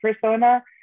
persona